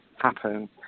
happen